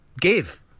give